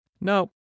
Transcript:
no